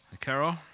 Carol